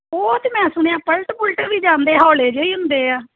ਉਹ ਤਾਂ ਮੈਂ ਸੁਣਿਆ ਪਲਟ ਪੁਲਟ ਵੀ ਜਾਂਦੇ ਹੌਲੇ ਜਿਹੇ ਹੁੰਦੇ ਆ